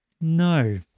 No